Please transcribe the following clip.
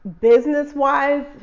business-wise